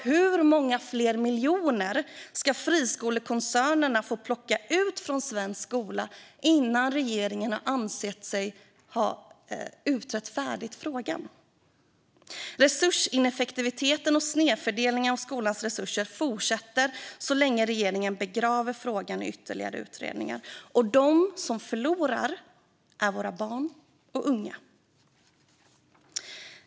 Hur många fler miljoner ska friskolekoncernerna få plocka ut från svensk skola innan regeringen anser sig ha utrett färdigt frågan? Resursineffektiviteten och snedfördelningen av skolans resurser fortsätter så länge regeringen begraver frågan i ytterligare utredningar. De som förlorar är våra barn och unga.